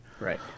Right